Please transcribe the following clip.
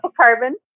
carbon